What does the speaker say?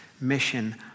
mission